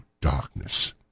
darkness